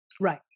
right